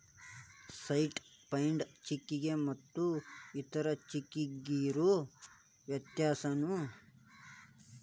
Certified ಚೆಕ್ಕಿಗೆ ಮತ್ತ್ ಇತರೆ ಚೆಕ್ಕಿಗಿರೊ ವ್ಯತ್ಯಸೇನು?